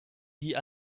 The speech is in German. die